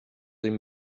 him